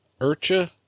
Urcha